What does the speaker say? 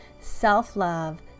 self-love